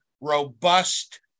robust